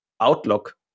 outlook